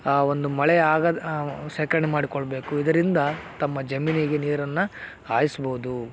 ಆ ಒಂದು ಮಳೆ ಆಗದ ಶೇಖರಣೆ ಮಾಡಿಕೊಳ್ಳಬೇಕು ಇದರಿಂದ ತಮ್ಮ ಜಮೀನಿಗೆ ನೀರನ್ನು ಹಾಯಿಸ್ಬೋದು